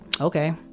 Okay